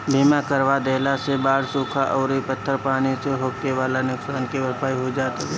बीमा करवा देहला से बाढ़ सुखा अउरी पत्थर पानी से होखेवाला नुकसान के भरपाई हो जात हवे